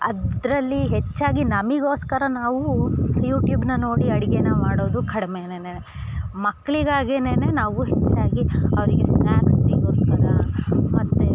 ಅದರಲ್ಲಿ ಹೆಚ್ಚಾಗಿ ನಮಗೋಸ್ಕರ ನಾವೂ ಯೂಟ್ಯೂಬ್ನ ನೋಡಿ ಅಡ್ಗೆ ಮಾಡೋದು ಕಡ್ಮೆನೇ ಮಕ್ಳಿಗಾಗಿನೆ ನಾವು ಹೆಚ್ಚಾಗಿ ಅವರಿಗೆ ಸ್ನ್ಯಾಕ್ಸಿಗೋಸ್ಕರ ಮತ್ತು